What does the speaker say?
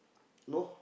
no